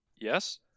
Yes